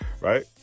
Right